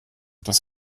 das